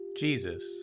Jesus